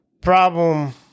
Problem